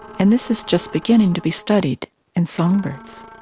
and this is just beginning to be studied in songbirds.